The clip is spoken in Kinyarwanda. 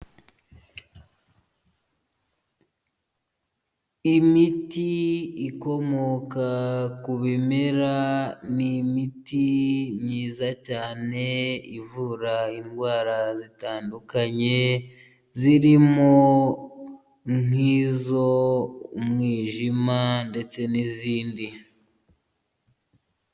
Imiti ikomoka ku bimera, ni imiti myiza cyane, ivura indwara zitandukanye, zirimo nk'iz'umwijima, ndetse n'izindi.